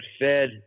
fed